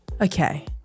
Okay